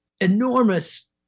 enormous